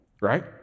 Right